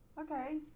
Okay